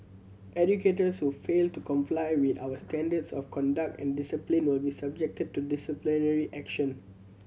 educators who fail to comply with our standards of conduct and discipline will be subjected to disciplinary action